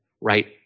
right